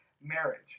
marriage